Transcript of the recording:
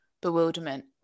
Bewilderment